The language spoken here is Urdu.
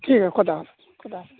ٹھیک ہے خدا حافظ خدا حافظ